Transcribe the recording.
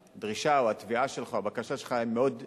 והדרישה או התביעה שלך או הבקשה שלך היא מאוד הגיונית,